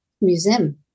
museum